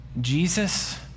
Jesus